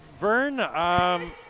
Vern